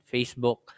Facebook